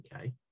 okay